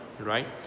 Right